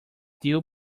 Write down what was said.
dew